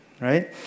right